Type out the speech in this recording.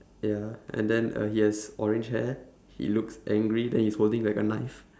ya and then uh he has orange hair he looks angry then he's holding like a knife